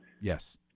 Yes